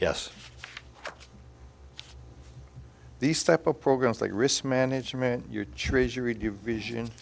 yes these type of programs like risk management your juries you read you vision